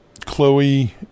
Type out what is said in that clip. Chloe